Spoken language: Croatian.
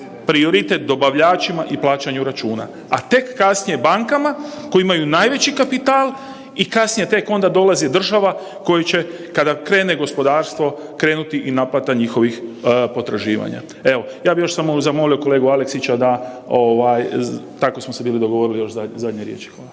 prioritet dobavljačima i plaćanju računa, a tek kasnije bankama koje imaju najveći kapital i kasnije tek onda dolazi država koju će kada krene gospodarstvo krenuti i naplata njihovih potraživanja. Evo ja bih samo zamolio kolegu Aleksića da tako smo se bili dogovorili za zadnje riječi. Hvala.